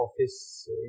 office